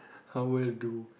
how well do